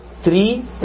three